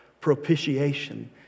propitiation